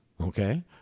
okay